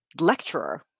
lecturer